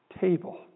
table